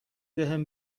بهم